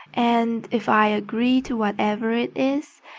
and if i agree to whatever it is,